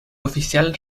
oficial